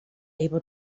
able